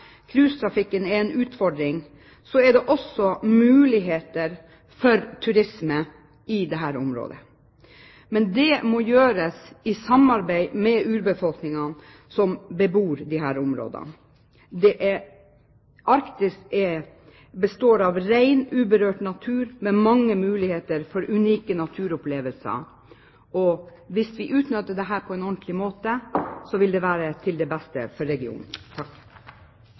er en utfordring er det også muligheter for turisme i dette området. Men det må skje i samarbeid med urbefolkningen i disse områdene. Arktis består av ren, uberørt natur med mange muligheter for unike naturopplevelser, og hvis vi utnytter dette på en ordentlig måte, vil det være til det beste for regionen.